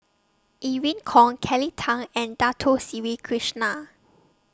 Irene Khong Kelly Tang and Dato Sri Krishna